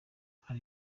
hari